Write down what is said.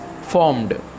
formed